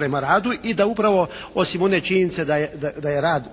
prema radu. I da upravo osim one činjenice da je rad